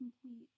complete